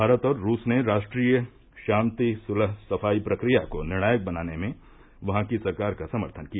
भारत और रूस ने राष्ट्रीय शांति सुलह सफाई प्रक्रिया को निर्णायक बनाने में वहां की सरकार का समर्थन किया